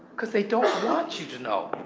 cause they don't want you to know.